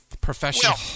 professional